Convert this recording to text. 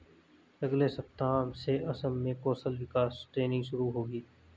अगले सप्ताह से असम में कौशल विकास ट्रेनिंग शुरू होगी